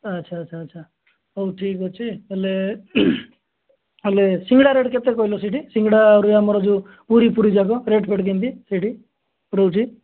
ଆଚ୍ଛା ଆଚ୍ଛା ଆଚ୍ଛା ହଉ ଠିକ ଅଛି ହେଲେ ହେଲେ ହେଲେ ସିଙ୍ଗଡ଼ା ରେଟ୍ କେତେ କହିଲ ସେଇଠି ସିଙ୍ଗଡ଼ାରୁ ଆମର ଯୋଉ ପୁରି ଫୁରି ଯାକ ରେଟ୍ ଫେଟ୍ କେମିତି ସେଇଠି ରହୁଛି